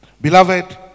beloved